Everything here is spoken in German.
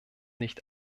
nicht